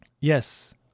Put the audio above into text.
Yes